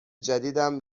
جدیدم